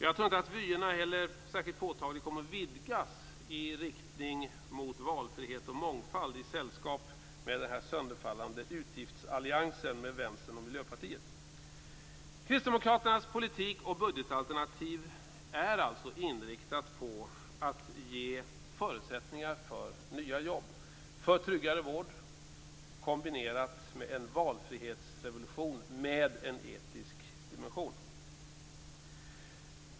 Jag tror inte att vyerna heller särskilt påtagligt kommer att vidgas i riktning mot valfrihet och mångfald i sällskap med den sönderfallande utgiftsalliansen med Kristdemokraternas politik och budgetalternativ är alltså inriktade på att ge förutsättningar för nya jobb och för tryggare vård, kombinerat med en valfrihetsrevolution med en etisk dimension.